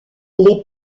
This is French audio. les